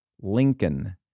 Lincoln